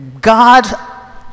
God